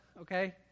okay